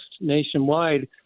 nationwide